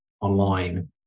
online